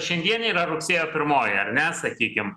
šiandien yra rugsėjo pirmoji ar ne sakykim